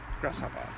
Grasshopper